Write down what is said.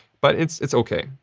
but, it's it's okay.